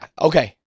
Okay